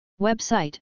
Website